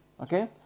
Okay